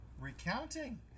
recounting